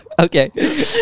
Okay